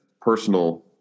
personal